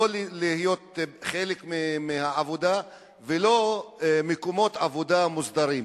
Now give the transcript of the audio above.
לא להיות חלק מהעבודה ולא במקומות עבודה מוסדרים.